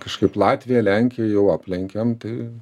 kažkaip latviją lenkiją jau aplenkėm tai